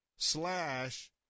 Slash